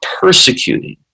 persecuting